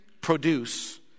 produce